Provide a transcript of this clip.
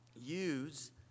use